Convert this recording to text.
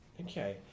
Okay